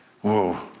Whoa